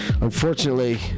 Unfortunately